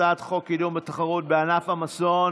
הצעת החוק קידום התחרות בענף המזון